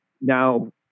Now